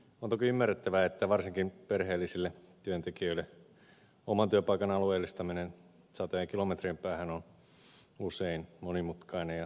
on toki ymmärrettävää että varsinkin perheellisille työntekijöille oman työpaikan alueellistaminen satojen kilometrien päähän on usein monimutkainen ja raskaskin juttu